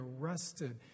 arrested